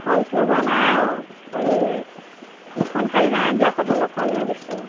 ফলছ লগোৱা নাই আৰু পাৰিৰ ইখন শাড়ী নাই দিয়া কটনৰখনহে দিছোঁ